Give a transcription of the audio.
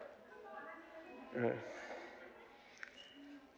alright